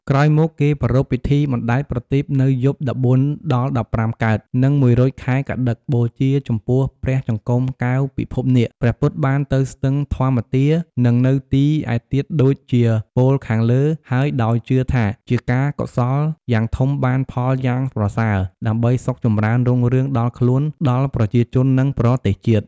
ក្រោយមកគេប្រារព្ធពិធីបណ្ដែតប្រទីបនៅយប់ ១៤ ដល់ ១៥កើត និង ១រោច ខែកត្តិក បូជាចំពោះព្រះចង្កូមកែវពិភពនាគ ព្រះពុទ្ធបានទៅស្ទឹងនម្មទា និងនៅទីឯទៀតដូចជាពោលខាងលើហើយដោយជឿថាជាការកុសលយ៉ាងធំបានផលយ៉ាងប្រសើរដើម្បីសុខចំរើនរុងរឿងដល់ខ្លួនដល់ប្រជាជន និងប្រទេសជាតិ។